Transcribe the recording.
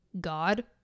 God